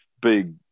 big